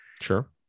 Sure